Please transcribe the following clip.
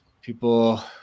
people